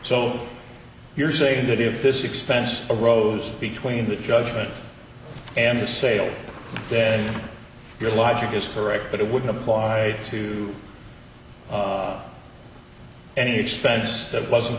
so you're saying that if this expense of rows between the judgment and the sale then your logic is correct but it would apply to any expense that wasn't